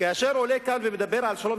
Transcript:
כאשר הוא עולה כאן ומדבר על שלום,